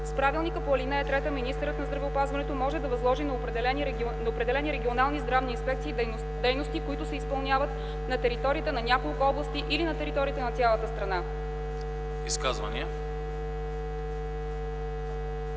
С правилника по ал. 3 министърът на здравеопазването може да възложи на определени регионални здравни инспекции дейности, които се изпълняват на територията на няколко области или на територията на цялата страна.”